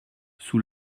sous